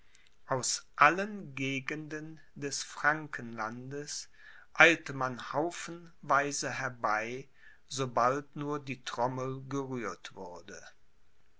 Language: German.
aus allen gegenden des frankenlandes eilte man haufenweise herbei sobald nur die trommel gerührt wurde